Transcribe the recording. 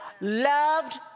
loved